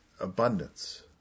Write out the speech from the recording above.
abundance